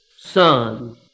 son